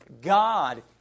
God